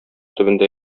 төбендә